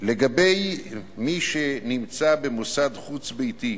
לגבי מי שנמצא במוסד חוץ-ביתי,